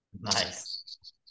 Nice